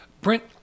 Brent